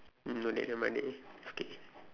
um donate the money okay